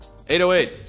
808